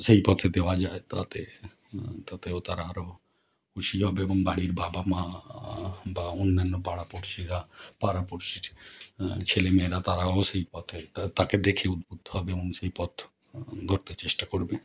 সেই পথে দেওয়া যায় তাতে তাতেও তারা আরও খুশি হবে এবং বাড়ির বাবা মা বা অন্যান্য পাড়াপড়শিরা পাড়াপড়শি ছেলে মেয়েরা তারাও সেই পথে তা তাকে দেখে উদ্বুদ্ধ হবে এবং সেই পথ ধরতে চেষ্টা করবে